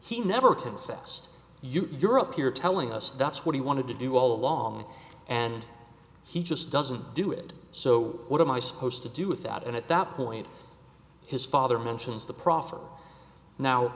up here telling us that's what he wanted to do all along and he just doesn't do it so what am i supposed to do with that and at that point his father mentions the prophet now